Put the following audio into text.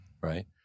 right